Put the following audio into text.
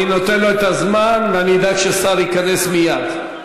אני נותן לו את הזמן, ואני אדאג ששר ייכנס מייד.